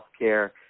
healthcare